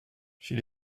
she